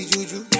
Juju